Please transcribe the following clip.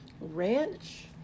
Ranch